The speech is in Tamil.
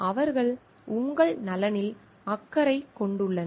அவர்கள் உங்கள் நலனில் அக்கறை கொண்டுள்ளனர்